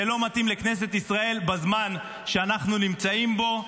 זה לא מתאים לכנסת ישראל בזמן שאנחנו נמצאים בו.